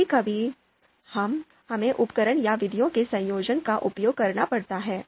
कभी कभी हमें उपकरण या विधियों के संयोजन का उपयोग करना पड़ता है